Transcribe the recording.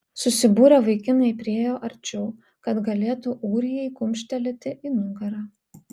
susibūrę vaikinai priėjo arčiau kad galėtų ūrijai kumštelėti į nugarą